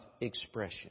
expression